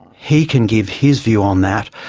he can give his view on that.